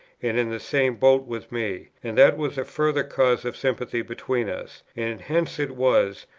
and in the same boat with me, and that was a further cause of sympathy between us and hence it was,